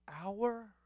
hour